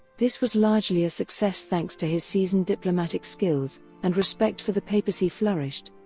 this was largely a success thanks to his seasoned diplomatic skills and respect for the papacy flourished.